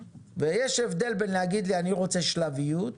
יש הבדל בין להגיד לי אני רוצה שלביות,